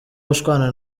gushwana